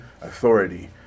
authority